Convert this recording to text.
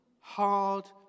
hard